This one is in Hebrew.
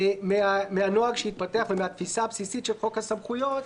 מה מהנוהג שהתפתח ומהתפיסה הבסיסית של חוק הסמכויות,